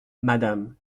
madame